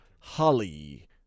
holly